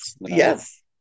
Yes